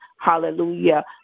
hallelujah